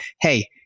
Hey